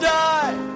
die